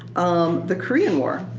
um the korean war.